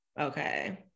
Okay